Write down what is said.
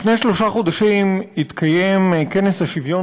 לפני שלושה חודשים התקיים בשפרעם כנס השוויון